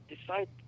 decide